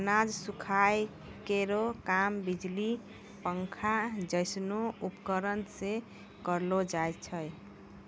अनाज सुखाय केरो काम बिजली पंखा जैसनो उपकरण सें करलो जाय छै?